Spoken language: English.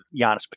Giannis